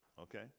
Okay